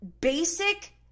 basic